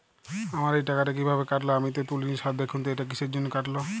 আমার এই টাকাটা কীভাবে কাটল আমি তো তুলিনি স্যার দেখুন তো এটা কিসের জন্য কাটল?